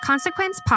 Consequence